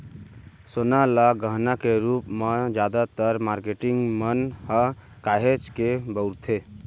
सोना ल गहना के रूप म जादातर मारकेटिंग मन ह काहेच के बउरथे